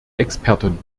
experten